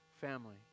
family